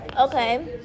okay